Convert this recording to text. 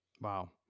Wow